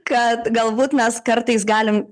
kad galbūt mes kartais galim